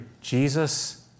Jesus